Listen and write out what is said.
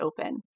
open